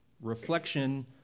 reflection